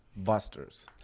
busters